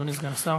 אדוני סגן השר.